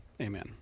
Amen